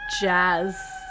jazz